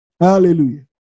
Hallelujah